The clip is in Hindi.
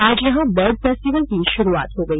आज यहां बर्ड फेस्टिवल की शुरूआत हई